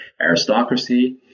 aristocracy